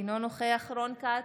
אינו נוכח רון כץ,